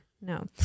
No